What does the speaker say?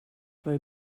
mae